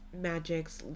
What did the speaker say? magic's